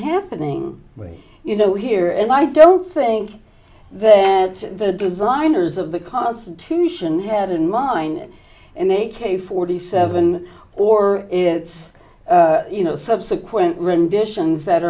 happening you know here and i don't think that the designers of the constitution had in mind and they make a forty seven or it's you know subsequent renditions that